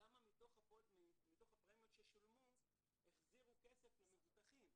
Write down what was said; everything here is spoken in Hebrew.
כמה מתוך הפרמיות ששולמו החזירו כסף למבוטחים.